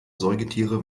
säugetiere